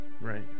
Right